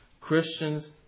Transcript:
Christians